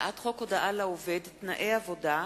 הצעת חוק הודעה לעובד (תנאי עבודה)